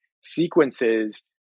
sequences